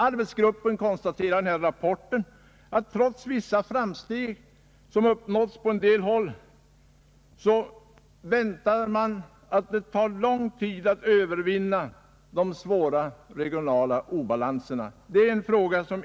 Arbetsgruppen konstaterar att — trots att vissa framsteg uppnåtts på en del håll — få, om ens några länder kan väntas på kort sikt övervinna sina svåra regionala obalanser.